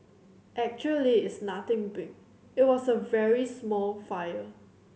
actually it's nothing big it was a very small fire